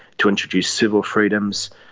to introduce civil freedoms,